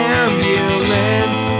ambulance